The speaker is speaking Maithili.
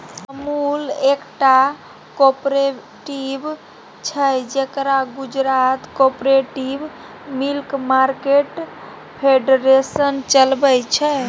अमुल एकटा कॉपरेटिव छै जकरा Gujarat cooperative milk market federation चलबै छै